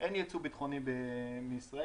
אין ייצוא ביטחוני מישראל,